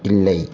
இல்லை